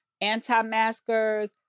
anti-maskers